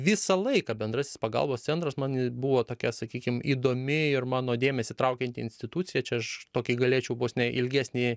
visą laiką bendrasis pagalbos centras man buvo tokia sakykim įdomi ir mano dėmesį traukianti institucija čia aš tokį galėčiau vos ne ilgesnįjį